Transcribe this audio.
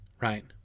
right